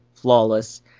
flawless